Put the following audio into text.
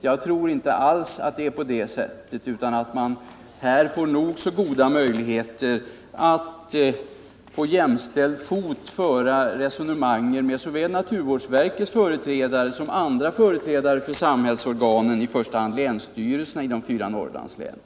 Jag tror inte alls att det är på det sättet utan att man här får nog så goda möjligheter att på jämställd fot föra resonemang med såväl naturvårdsverkets företrädare som företrädare för andra samhällsorgan, i första hand länsstyrelserna i de fyra Norrlandslänen.